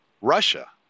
Russia